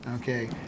Okay